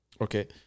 Okay